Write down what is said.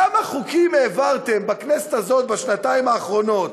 כמה חוקים העברתם בכנסת הזאת בשנתיים האחרונות